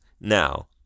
now